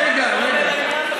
זה לא העניין בכלל.